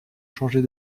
changer